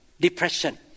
depression